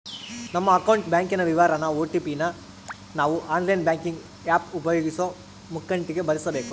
ನಮ್ಮ ಅಕೌಂಟ್ ಬ್ಯಾಂಕಿನ ವಿವರಾನ ಓ.ಟಿ.ಪಿ ನ ನಾವು ಆನ್ಲೈನ್ ಬ್ಯಾಂಕಿಂಗ್ ಆಪ್ ಉಪಯೋಗಿಸೋ ಮುಂಕಟಿಗೆ ಭರಿಸಬಕು